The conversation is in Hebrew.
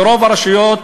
ורוב הרשויות